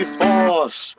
force